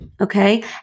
Okay